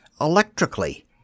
electrically